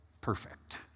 perfect